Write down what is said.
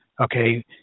okay